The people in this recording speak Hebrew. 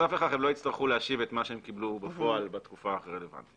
מה שקיבלו בפועל בתקופה הרלוונטית.